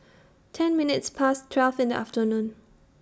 ten minutes Past twelve in The afternoon